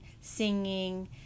singing